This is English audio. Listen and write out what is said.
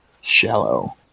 Shallow